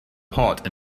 pot